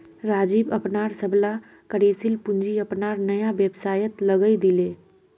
राजीव अपनार सबला कार्यशील पूँजी अपनार नया व्यवसायत लगइ दीले